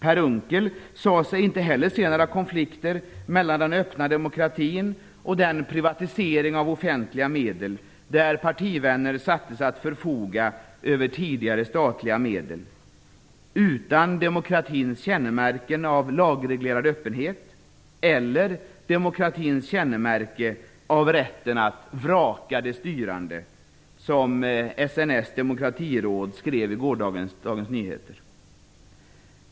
Per Unckel sade sig heller inte se några konflikter mellan den öppna demokratin och den privatisering av offentliga medel där partivänner sätts att förfoga över tidigare statliga medel utan demokratins kännemärken av lagreglerad öppenhet eller demokratins kännemärke av rätten att "vraka de styrande", som SNS demokratiråd skrev i gårdagens DN.